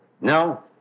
No